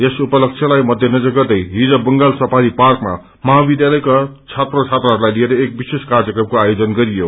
यस उनपलक्ष्यलाइई मध्यनजर गर्दै बंगालसफारी पार्कमा महाविषयलका छात्र छात्रालहरूलाई लिएर एक विशेष कार्यक्रमको आयोजन गरियो